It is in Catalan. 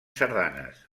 sardanes